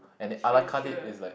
true true